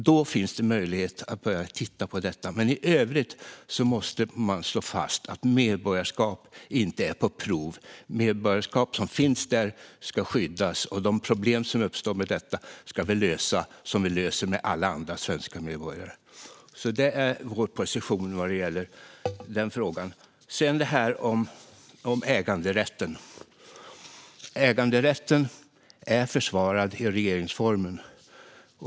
Då finns det möjlighet att titta på detta, men i övrigt måste man slå fast att medborgarskap inte är på prov. Medborgarskap som finns ska skyddas, och de problem som uppstår med detta ska vi lösa, som med alla andra svenska medborgare. Det är vår position i den frågan. Sedan har vi detta om äganderätten. Äganderätten är försvarad i regeringsformen.